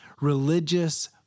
religious